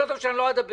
יותר טוב שאני לא אדבר,